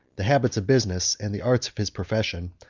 the habits of business, and the arts of his profession,